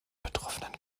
betroffenen